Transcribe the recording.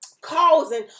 causing